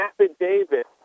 affidavit